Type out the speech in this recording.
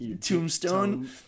tombstone